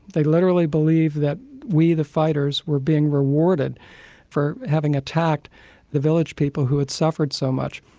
they literally believed that we, the fighters, were being rewarded for having attacked the village people who had suffered so much'.